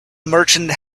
merchant